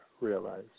realize